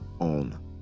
on